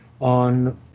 on